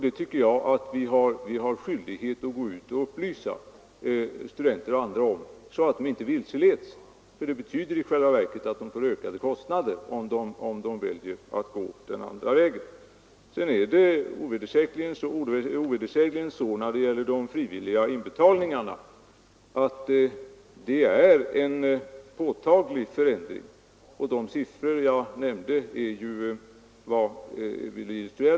Det tycker jag att vi har skyldighet att upplysa studenter och andra om, så att de inte vilseleds. I själva verket får de ökade kostnader om de väljer att gå den andra vägen. I fråga om de frivilliga återbetalningarna har det ovedersägligen skett en påtaglig förändring; de siffror jag nämnde illustrerar ju det.